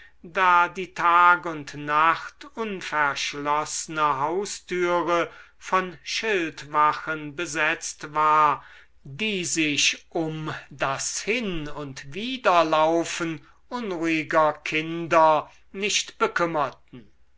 da die tag und nacht unverschlossene haustüre von schildwachen besetzt war die sich um das hin und widerlaufen unruhiger kinder nicht bekümmerten